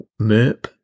MERP